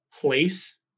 Place